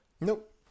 Nope